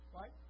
Right